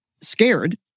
scared